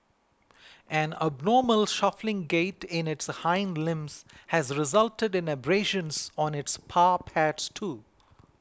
an abnormal shuffling gait in its hind limbs has resulted in abrasions on its paw pads too